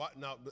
now